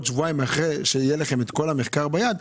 שבועיים אחרי שיהיה לכם את כל המחקר ביד.